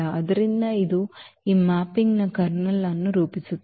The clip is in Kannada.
ಆದ್ದರಿಂದ ಇದು ಈ ಮ್ಯಾಪಿಂಗ್ನ ಕರ್ನಲ್ ಅನ್ನು ರೂಪಿಸುತ್ತದೆ